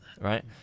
right